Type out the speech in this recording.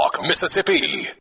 Mississippi